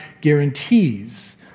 guarantees